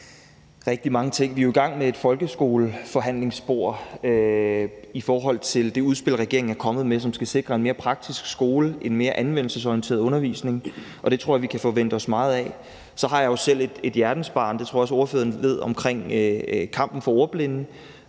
rigtig mange ting. Vi er jo i gang med et folkeskoleforhandlingsspor i forhold til det udspil, regeringen er kommet med, som skal sikre en mere praktisk skole, en mere anvendelsesorienteret undervisning, og det tror jeg vi kan forvente os meget af. Så har jeg selv et hjertebarn – det tror jeg godt ordføreren ved – omkring kampen for ordblinde.